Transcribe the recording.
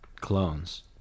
clones